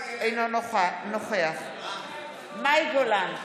אינו נוכח מאי גולן,